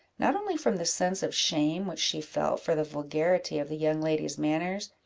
not only from the sense of shame which she felt for the vulgarity of the young lady's manners,